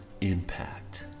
impact